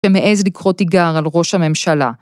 ‫שמעז לקרות תיגר על ראש הממשלה.